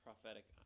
prophetic